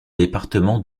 département